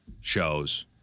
shows